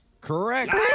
correct